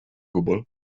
gwbl